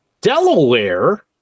Delaware